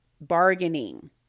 bargaining